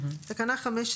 תקנה 15